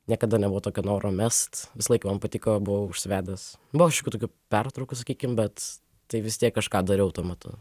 niekada nebuvo tokio noro mest visą laiką man patiko buvau užsivedęs buvo šiokių tokių pertraukų sakykim bet tai vis tiek kažką dariau tuo metu